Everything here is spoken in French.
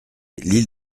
l’île